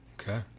Okay